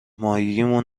ماهگیمون